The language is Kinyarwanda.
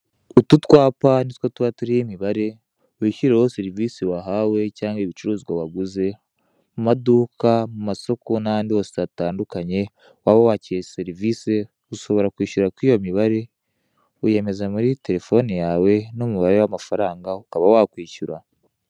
Utu twapa nityo yuba turiho imibare wishuriraho serivise wahawe cyangwa ibicuruzwa waguze, mu maduka mu masoko cyangwa ahandi hose hatandukanye aho uba wakiye serivise, ushobora kwishyura kwiyo mibare. Uyemeza muri telephone yawe n'umubare w'amafaranga ukaba wakishyura